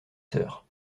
sœurs